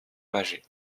bâgé